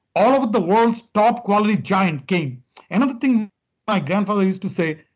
all of the world's top-quality giant came another thing my grandfather used to say,